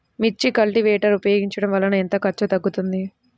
మిర్చి కల్టీవేటర్ ఉపయోగించటం వలన ఎంత ఖర్చు తగ్గుతుంది?